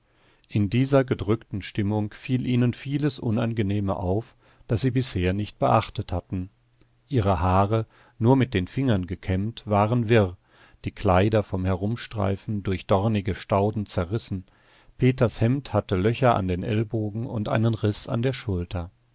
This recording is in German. in dieser gedrückten stimmung fiel ihnen vieles unangenehme auf das sie bisher nicht beachtet hatten ihre haare nur mit den fingern gekämmt waren wirr die kleider vom herumstreifen durch dornige stauden zerrissen peters hemd hatte löcher an den ellbogen und einen riß an der schulter